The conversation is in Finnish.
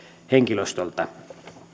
henkilöstöltä